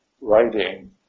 writing